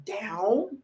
down